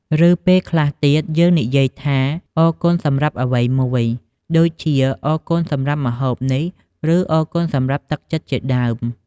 ឬ ពេលខ្លះទៀតយើងនិយាយថា អរគុណសម្រាប់អ្វីមួយ ដូចជាអរគុណសម្រាប់ម្ហូបនេះ ឬ អរគុណសម្រាប់ទឹកចិត្តជាដើម។